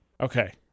Okay